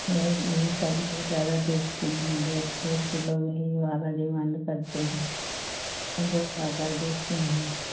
यही सब लोग ज़्यादा देखते हैं रोड तोड के लोग यही वाला डिमान्ड करते हैं सब लोग आकर देखते हैं